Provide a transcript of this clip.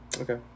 Okay